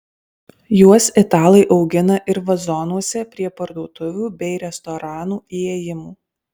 juos italai augina ir vazonuose prie parduotuvių bei restoranų įėjimų